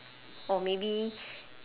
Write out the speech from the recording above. or maybe